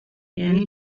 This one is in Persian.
یعنی